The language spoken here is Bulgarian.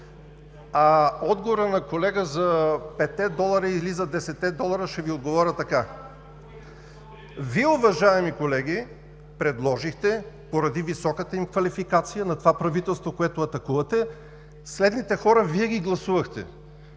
Отговорът на колегата за петте долара или за десетте долара ще Ви отговоря така: Вие, уважаеми колеги, предложихте, поради високата им квалификация на това правителство, което атакувате, следните хора Вие ги гласувахте.